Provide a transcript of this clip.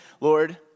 Lord